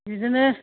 बिदिनो